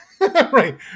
right